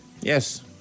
Yes